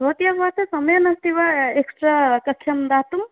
भवत्याः पार्श्वे समयः नास्ति वा एक्स्ट्रा कक्षां दातुं